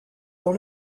dans